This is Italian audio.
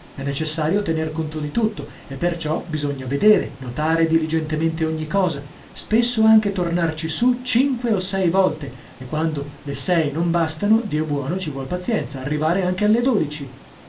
è necessario tener conto di tutto e perciò bisogna vedere notare diligentemente ogni cosa spesso anche tornarci su cinque o sei volte e quando le sei non bastano dio buono ci vuol pazienza arrivare anche alle dodici